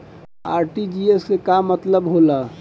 RTGS के का मतलब होला?